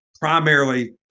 primarily